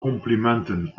complimenten